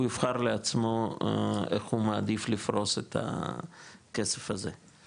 הוא יבחר לעצמו, איך הוא מעדיף לפרוס את הכסף הזה.